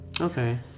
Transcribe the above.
Okay